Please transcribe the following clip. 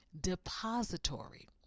depository